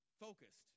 focused